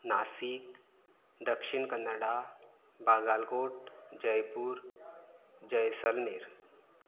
Nashik Dakshina Kannada Bagalkot Jaipur Jaisalmer